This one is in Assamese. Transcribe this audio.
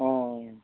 অঁ